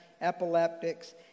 epileptics